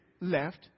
left